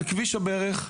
על כביש הברך,